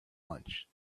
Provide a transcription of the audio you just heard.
lunch